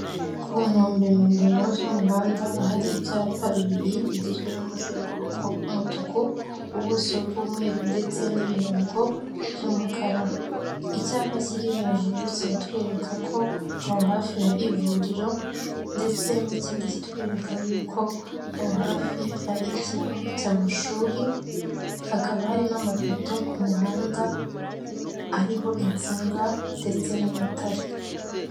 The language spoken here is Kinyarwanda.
Ku nkombe mpimbano z'umuhanda ahari ibyapa bibiri bigizwe n'umuzenguruko w'umutuku , ubuso bw'umweru ndetse n'ibirango by'umukara .Icyapa kiri hejuru kiratwereka ko aho hafi hari ivuriro ndetse n'ikindi kitwereka y'uko aho hafi hari ikigo cy'amashuri, hakaba hari n'amapoto ku muhanda ariho insinga ndetse n'amatara.